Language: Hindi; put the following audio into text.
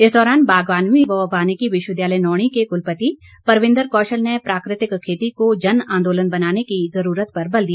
इस दौरान बागवानी व वानिकी विश्वविद्यालय नौणी के कुलपति परविन्दर कौशल ने प्राकृतिक खेती को जन आंदोलन बनाने की ज़रूरत पर बल दिया